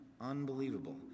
Unbelievable